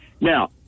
Now